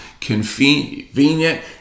convenient